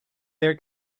their